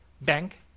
bank